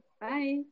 Bye